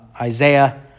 Isaiah